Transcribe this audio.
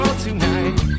tonight